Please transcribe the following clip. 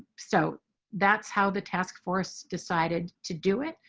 so that's how the task force decided to do it.